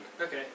Okay